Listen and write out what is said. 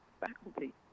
faculty